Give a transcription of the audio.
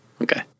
Okay